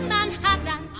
Manhattan